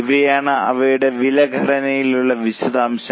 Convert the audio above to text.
ഇവയാണ് അവയുടെ വില ഘടനയുടെ വിശദാംശങ്ങൾ